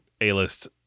A-list